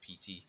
PT